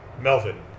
Melvin